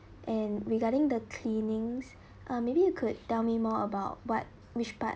and regarding the cleanings uh maybe you could tell me more about what which part